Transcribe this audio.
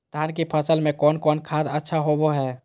धान की फ़सल में कौन कौन खाद अच्छा होबो हाय?